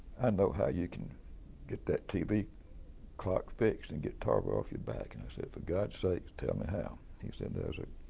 and know how you can get that tv clock fixed and get tarver off your back. and i said, for god's sakes, tell me how. he said, there's a